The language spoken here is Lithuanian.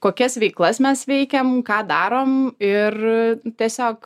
kokias veiklas mes veikiam ką darom ir tiesiog